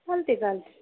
चालते चालते